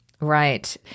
Right